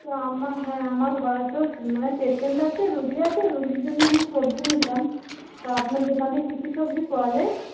তো আমার হ্যাঁ আমার ঘরে তো মানে পেসেন্ট আছে রুগী আছে রুগীর জন্য আমি সবজি নিতাম তো আপনার দোকানে কি কি সবজি পাওয়া যায়